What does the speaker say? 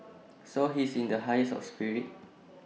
so he's in the highest of spirits